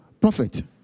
prophet